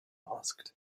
asked